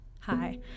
Hi